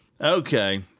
Okay